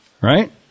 right